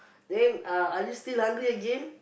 then uh are you still hungry again